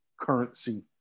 currency